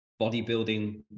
bodybuilding